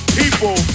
people